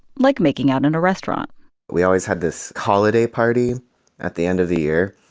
like making out in a restaurant we always had this holiday party at the end of the year.